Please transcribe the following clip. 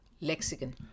Lexicon